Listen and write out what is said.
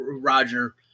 Roger